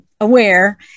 aware